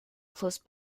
close